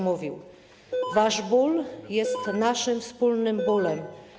Mówił: „Wasz ból jest naszym wspólnym bólem.